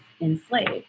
enslaved